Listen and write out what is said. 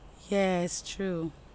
yes true